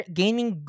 gaining